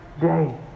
day